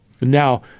Now